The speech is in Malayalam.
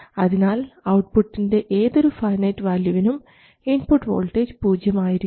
അതിനാൽ ഔട്ട്പുട്ടിന്റെ ഏതൊരു ഫൈനൈറ്റ് വാല്യുവിനും ഇൻപുട്ട് വോൾട്ടേജ് പൂജ്യം ആയിരിക്കും